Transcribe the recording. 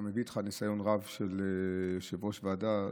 אתה מביא איתך ניסיון רב של יושב-ראש ועדה,